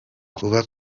kuba